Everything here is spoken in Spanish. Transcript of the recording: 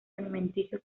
alimenticios